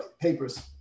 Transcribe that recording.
papers